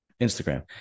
Instagram